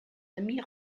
amie